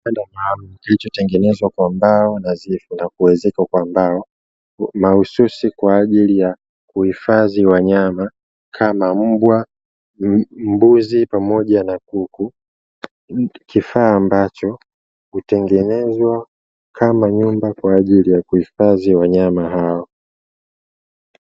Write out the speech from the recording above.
Kibanda maalumu kilicho tengenezwa kwa mbao nadhifu na kuezekwa kwa mbao mahususi kwa ajili ya kuhifadhi wanyama kama Mbwa, mbuzi pamoja na kuku. Kifaa ambacho hutengenezwa kama nyumba kwa ajili ya kuhifadhi wanyama hao.